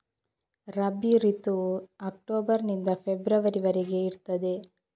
ರಬಿ ಋತುವು ಅಕ್ಟೋಬರ್ ನಿಂದ ಫೆಬ್ರವರಿ ವರೆಗೆ ಇರ್ತದೆ